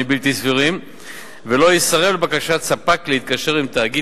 בלתי סבירים ולא יסרב לבקשת ספק להתקשר עם תאגיד